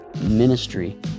ministry